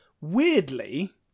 Weirdly